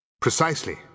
Precisely